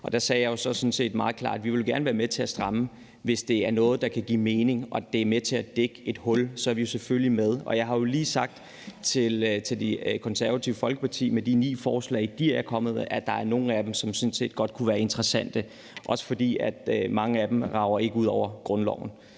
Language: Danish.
og der sagde jeg sådan set meget klart, at vi gerne vil være med til at stramme, hvis det er noget, der kan give mening og det er med til at dække et hul; så er vi jo selvfølgelig med. Og jeg har jo lige sagt til Det Konservative Folkeparti i forbindelse med de ni forslag, som de er kommet med, at der er nogle af dem, som sådan set godt kunne være interessante – også fordi mange af dem ikke rækker ud over grundloven.